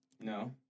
No